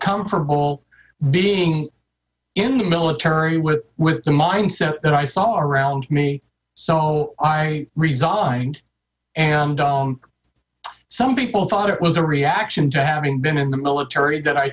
comfortable being in the military with with the mindset that i saw around me so i resigned and some people thought it was a reaction to having been in the military that i